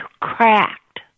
cracked